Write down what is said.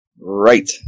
Right